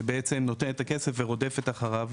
שנותנת את הכסף ורודפת אחריו